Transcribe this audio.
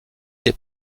des